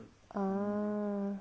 ah